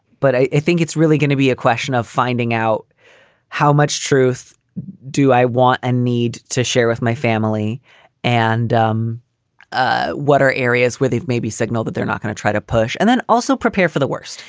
but i think it's really going to be a question of finding out how much truth do i want and need to share with my family and um ah what are areas where they've maybe signaled that they're not going to try to push. and then also prepare for the worst?